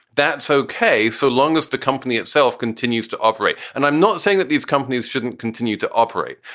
that's okay, so long as the company itself continues to operate. and i'm not saying that these companies shouldn't continue to operate.